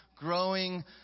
growing